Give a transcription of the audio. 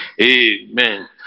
amen